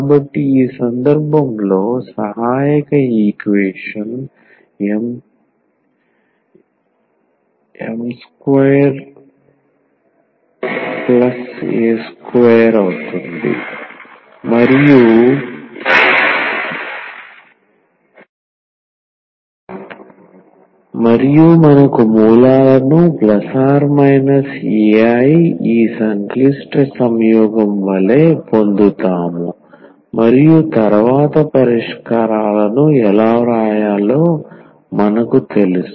కాబట్టి ఈ సందర్భంలో సహాయక ఈక్వేషన్ m2a2 అవుతుంది మరియు మనకు మూలాలను ±ai ఈ సంక్లిష్ట సంయోగం వలె పొందుతాము మరియు తరువాత పరిష్కారాలను ఎలా వ్రాయాలో మనకు తెలుసు